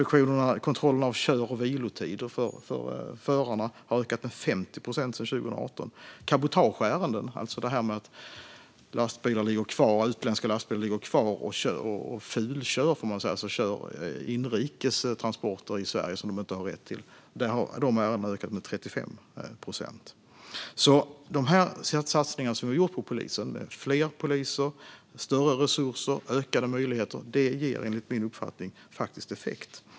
Kontrollen av kör och vilotider för förarna har ökat med 50 procent sedan 2018. Cabotageärendena, alltså att utländska lastbilar ligger kvar och fulkör inrikes transporter i Sverige, något som de inte har rätt till, har ökat med 35 procent. De satsningar som vi har gjort på polisen med fler poliser, större resurser och ökade möjligheter ger enligt min uppfattning effekt.